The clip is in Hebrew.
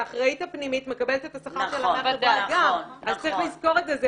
שהאחראית הפנימית מקבל את השכר שלה- -- אז צריך לזכור את זה,